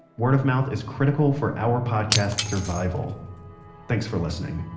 word of mouth is critical for our podcast survival thanks for listening